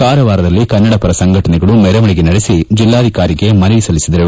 ಕಾರವಾರದಲ್ಲಿ ಕನ್ನಡ ಪರ ಸಂಘಟನೆಗಳು ಮೆರವಣಿಗೆ ನಡೆಸಿ ಜೆಲ್ಲಾಧಿಕಾರಿಗೆ ಮನವಿ ಸಲ್ಲಿಸಿದರು